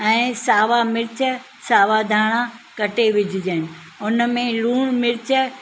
ऐं सावा मिर्चु सावा धाणा कटे विझजनि हुन में लूणु मिर्चु